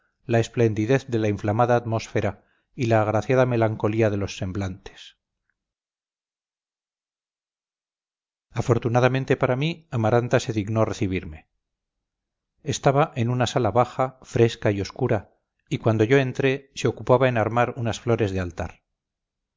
la esplendidez de la inflamada atmósfera y la agraciada melancolía de los semblantes afortunadamente para mí amaranta se dignó recibirme estaba en una sala baja fresca y oscura y cuando yo entré se ocupaba en armar unas flores de altar